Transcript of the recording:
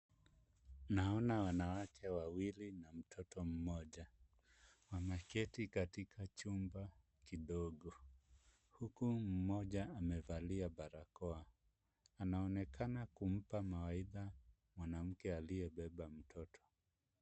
Naona wanawake wawili na mtoto mmoja. Wameketi katika chumba, kidogo, huku mmoja amevalia barakoa. Anaonekana kumpa mawaidha mwanamke aliyebeba mtoto.